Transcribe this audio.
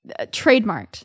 trademarked